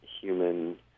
human